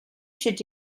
should